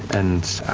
and